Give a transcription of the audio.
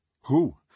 Who